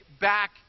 back